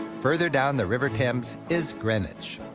further down the river thames is greenwich.